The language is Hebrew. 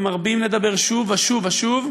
ומרבים לדבר שוב ושוב ושוב,